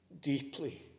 Deeply